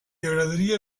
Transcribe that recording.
agradaria